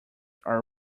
are